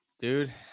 Dude